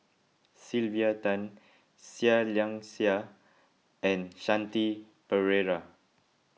Sylvia Tan Seah Liang Seah and Shanti Pereira